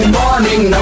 morning